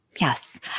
yes